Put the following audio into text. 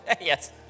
Yes